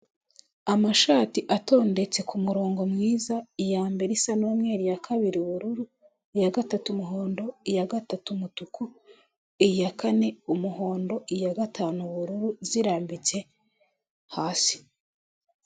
Amashati atondetse ku murongo mwiza; iya mbere isa n'umweru, iya kabiri ubururu, iya gatatu umuhondo, iya gatatu umutuku, iya kane umuhondo, iya gatanu ubururu, zirambitse hasi.